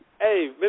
Hey